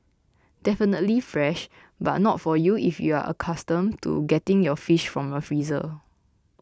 definitely fresh but not for you if you're accustomed to getting your fish from a freezer